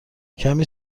کمی